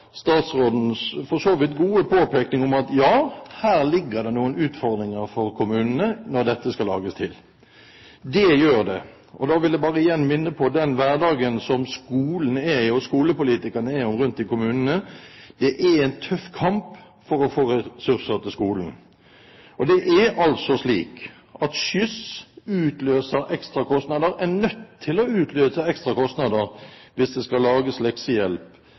statsrådens for så vidt gode påpeking av at ja, her ligger det noen utfordringer for kommunene når dette skal lages. Det gjør det. Da vil jeg bare igjen minne om hverdagen for skolen og skolepolitikerne rundt om i kommunene. Det er en tøff kamp for å få ressurser til skolen, og det er altså slik at skyss utløser ekstra kostnader – er nødt til å utløse ekstra kostnader – hvis det skal være leksehjelp